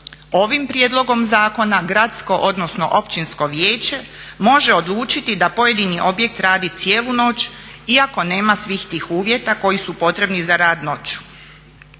Ovim prijedlogom zakona gradsko, odnosno općinsko vijeće može odlučiti da pojedini objekt radi cijelu noć iako nema svih tih uvjeta koji su potrebni za rad noću.